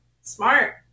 Smart